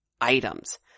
items